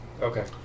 Okay